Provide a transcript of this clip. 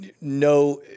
no